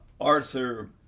Arthur